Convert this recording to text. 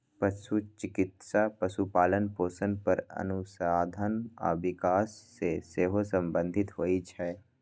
पशु चिकित्सा पशुपालन, पोषण पर अनुसंधान आ विकास सं सेहो संबंधित होइ छै